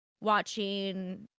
watching